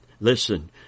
Listen